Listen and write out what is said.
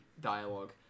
dialogue